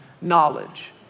knowledge